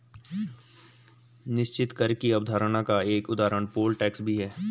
निश्चित कर की अवधारणा का एक उदाहरण पोल टैक्स भी है